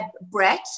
Brett